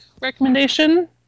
recommendation